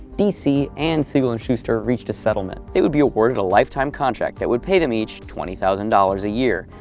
dc and siegel and shuster reached a settlement. they would be awarded a lifetime contract that would pay them each twenty thousand dollars a year.